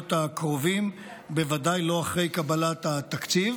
בשבועות הקרובים, בוודאי לא אחרי קבלת התקציב.